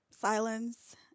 silence